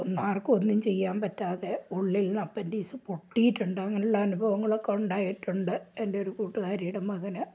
ഒന്ന് ആർക്കും ഒന്നും ചെയ്യാൻ പറ്റാതെ ഉള്ളിൽ അപ്പൻഡിക്സ് പൊട്ടിയിട്ടുണ്ടാകും അങ്ങനെയുള്ള അനുഭവങ്ങളൊക്കെ ഉണ്ടായിട്ടുണ്ട് എൻ്റെയൊരു കൂട്ടുകാരിയുടെ മകന്